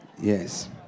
yes